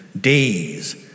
days